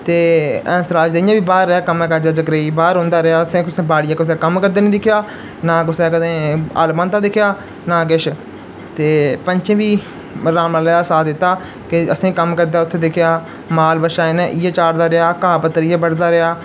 ते हैंस राज इ'यां बी बाह्र रौंह्दा रेहा कम्म काजै दे चक्करे च बाहर रौंहदा रेहा असें बाड़ियां कुदै कम्म करदे निं दिक्खेआ नां कुसै कदें हाल बांहा्दा दिक्खेआ नां किश ते पैंचैं बी राम लालै दा गै साथ दित्ता कि असें कम्म करदा उत्थें दिक्खेआ माल बच्छा इ'यै चारदा रेहा घाह् पत्तर इ'यै बड्ढदा रेहा